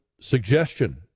suggestion